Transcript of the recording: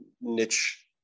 niche